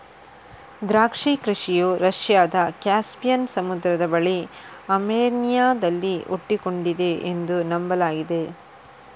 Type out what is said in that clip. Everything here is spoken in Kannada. ದ್ರಾಕ್ಷಿ ಕೃಷಿಯು ರಷ್ಯಾದ ಕ್ಯಾಸ್ಪಿಯನ್ ಸಮುದ್ರದ ಬಳಿ ಅರ್ಮೇನಿಯಾದಲ್ಲಿ ಹುಟ್ಟಿಕೊಂಡಿದೆ ಎಂದು ನಂಬಲಾಗಿದೆ